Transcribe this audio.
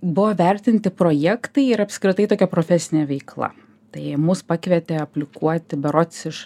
buvo vertinti projektai ir apskritai tokia profesinė veikla tai mus pakvietė aplikuoti berods iš